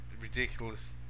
ridiculous